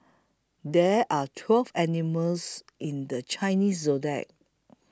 there are twelve animals in the Chinese zodiac